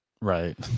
Right